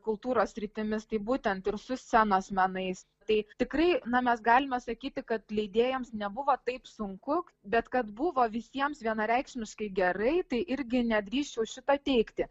kultūros sritimis tai būtent ir su scenos menais tai tikrai na mes galime sakyti kad leidėjams nebuvo taip sunku bet kad buvo visiems vienareikšmiškai gerai tai irgi nedrįsčiau šito teigti